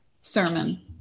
sermon